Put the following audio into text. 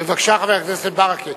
בבקשה, אדוני.